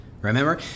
Remember